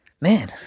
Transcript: Man